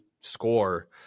score